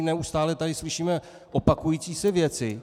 Neustále tady slyšíme opakující se věci.